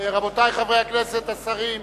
רבותי חברי הכנסת, השרים,